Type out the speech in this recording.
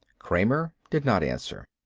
kramer did not answer.